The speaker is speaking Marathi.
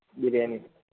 बिर्याणी